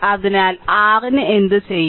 അതിനാൽ r ന് എന്ത് ചെയ്യും